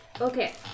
Okay